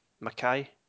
Mackay